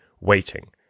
waiting